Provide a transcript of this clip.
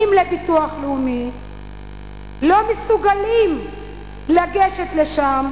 לביטוח לאומי לא מסוגלים לגשת לשם,